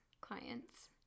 clients